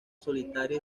solitaria